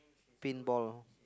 pin ball